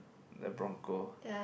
the bronco